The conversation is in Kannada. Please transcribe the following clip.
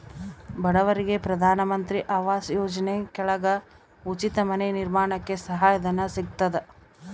ಬಡವರಿಗೆ ಪ್ರಧಾನ ಮಂತ್ರಿ ಆವಾಸ್ ಯೋಜನೆ ಕೆಳಗ ಉಚಿತ ಮನೆ ನಿರ್ಮಾಣಕ್ಕೆ ಸಹಾಯ ಧನ ಸಿಗತದ